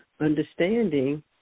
understanding